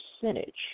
percentage